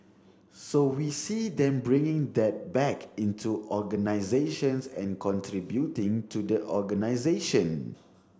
so we see them bringing that back into organisations and contributing to the organisation